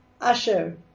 Asher